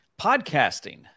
Podcasting